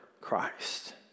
christ